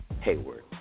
Hayward